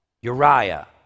Uriah